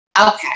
Okay